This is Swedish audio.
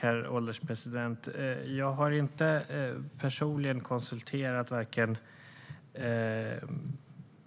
Herr ålderspresident! Jag har inte personligen konsulterat vare sig